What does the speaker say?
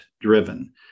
driven